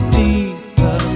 deeper